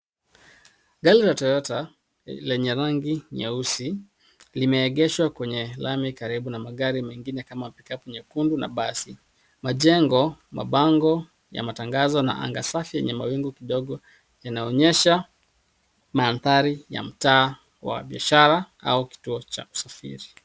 Gari la Toyota lenye rangi nyeusi limeegeshwa kwenye lami karibu na magari mengine kama vile pickup nyekundu na basi. Majengo, mabango ya matangazo na anga safi yenye mawingu kidogo yanaonyesha mandhari ya mtaa wa biashara au kituo cha usafiri.